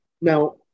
Now